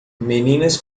meninas